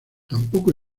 tampoco